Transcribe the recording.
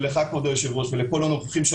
לך כבוד היושב ראש ולכל הנוכחים,